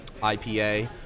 IPA